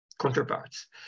counterparts